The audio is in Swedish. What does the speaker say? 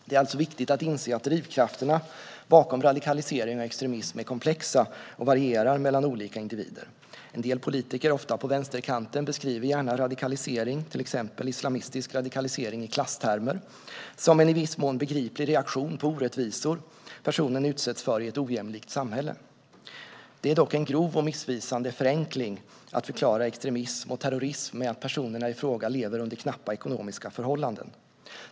Det är alltså viktigt att inse att drivkrafterna bakom radikalisering och extremism är komplexa och varierar mellan olika individer. En del politiker, ofta på vänsterkanten, beskriver gärna radikalisering, till exempel islamistisk radikalisering, i klasstermer som en i viss mån begriplig reaktion på orättvisor personer utsätts för i ett ojämlikt samhälle. Det är dock en grov och missvisande förenkling att förklara extremism och terrorism med att personerna i fråga lever under knappa ekonomiska förhållanden.